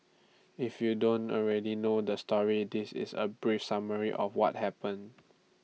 if you don't already know the story this is A brief summary of what happened